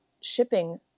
shipping